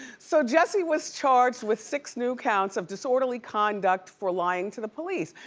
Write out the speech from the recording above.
so jesse was charged with six new counts of disorderly conduct for lying to the police.